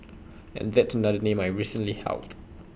and that's another name I've recently held